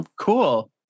cool